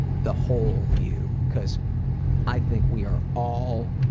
the whole you, because i think we are all,